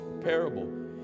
parable